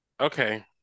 Okay